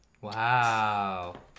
Wow